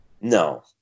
No